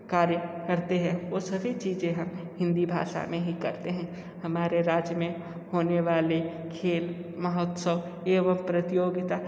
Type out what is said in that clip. कार्य करते हैं वो सभी चीजें हम हिंदी भाषा मै ही करते हैं हमारे राज्य में होने वाले खेल महोत्सव एवम प्रतियोगिता